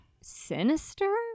sinister